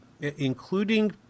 including